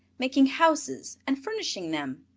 making houses and furnishing them.